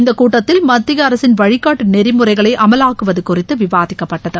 இந்த கூட்டத்தில் மத்திய அரசின் வழிகாட்டு நெறிமுறைகளை அமவாக்குவது குறித்து விவாதிக்கப்பட்டது